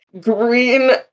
Green